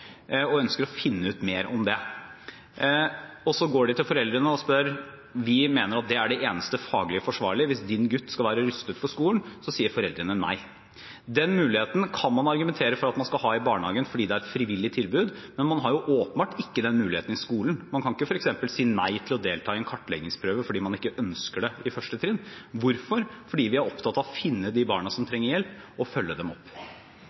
så går de til foreldrene og spør: Vi mener at dette er det eneste faglige forsvarlige hvis din gutt skal være rustet for skolen. Så sier foreldrene nei. Den muligheten kan man argumentere for at man skal ha i barnehagen, fordi det er et frivillig tilbud, men man har jo åpenbart ikke den muligheten i skolen. Man kan f.eks. ikke si nei til å delta i en kartleggingsprøve fordi man ikke ønsker det, i 1. trinn. Hvorfor? Fordi vi er opptatt av å finne de barna som trenger hjelp, og å følge dem opp.